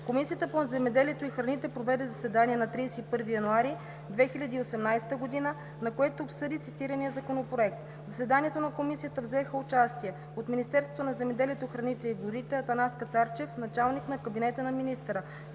Комисията по земеделието и храните проведе заседание на 31 януари 2018 г., на което обсъди цитирания законопроект. В заседанието на Комисията взеха участие: от Министерството на земеделието, храните и горите – Атанас Кацарчев – началник-кабинета на министъра;